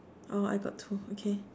oh I got two okay